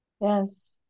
Yes